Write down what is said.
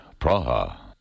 Praha